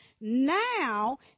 now